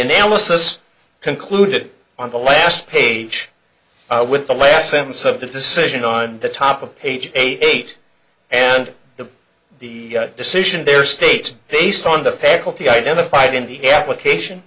analysis concluded on the last page with the last sentence of the decision on the top of page eight and the the decision their state based on the faculty identified in the application